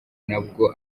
nabwo